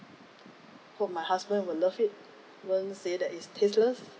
for my husband will love it won't say that is tasteless